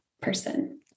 person